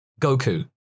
Goku